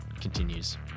continues